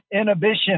inhibition